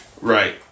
Right